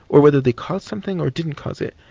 or whether they caused something or didn't cause it,